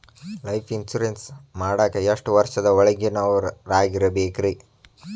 Life insurance ಮಾಡಾಕ ಎಷ್ಟು ವರ್ಷದ ಒಳಗಿನವರಾಗಿರಬೇಕ್ರಿ?